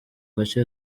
gace